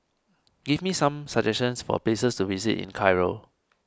give me some suggestions for places to visit in Cairo